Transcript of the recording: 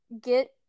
get